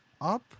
up